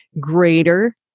greater